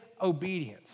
obedience